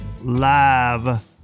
Live